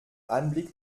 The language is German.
anblick